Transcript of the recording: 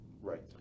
Right